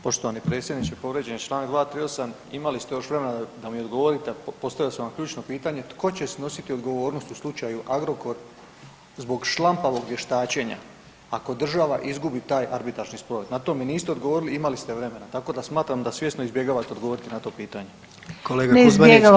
Poštovani predsjedniče povrijeđen je Članak 238., imali ste još vremena da mi odgovorite, postavio sam vam ključno pitanje tko će snositi odgovornost u slučaju Agrokor zbog šlampavog vještačenja ako država izgubi taj arbitražni spor, na to mi niste odgovorili, imali ste vremena, tako da smatram da svjesno izbjegavate odgovoriti na to pitanje.